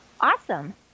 awesome